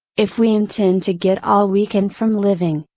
if we intend to get all we can from living,